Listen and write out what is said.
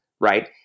right